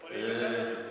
ועדת-ששינסקי.